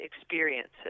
experiences